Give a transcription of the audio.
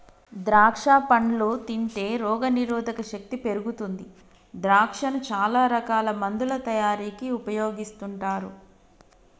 ద్రాక్షా పండ్లు తింటే రోగ నిరోధక శక్తి పెరుగుతుంది ద్రాక్షను చాల రకాల మందుల తయారీకి ఉపయోగిస్తుంటారు